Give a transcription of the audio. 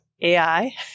AI